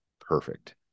perfect